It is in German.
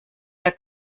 der